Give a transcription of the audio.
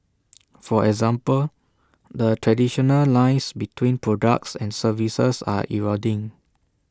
for example the traditional lines between products and services are eroding